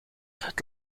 het